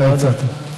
אתה הצעת.